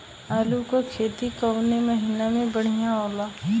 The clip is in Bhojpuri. आलू क खेती कवने महीना में बढ़ियां होला?